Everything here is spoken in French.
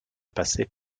passer